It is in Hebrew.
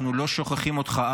אנחנו לא שוכחים אותך,